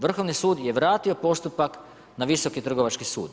Vrhovni sud je vratio postupak na Visoki trgovački sud.